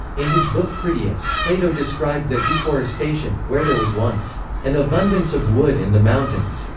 in his book critias, plato described that deforestation where there was once an abundance of wood in the mountains,